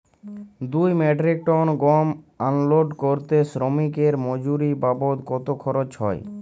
দুই metric ton গম unload করতে শ্রমিক এর মজুরি বাবদ কত খরচ হয়?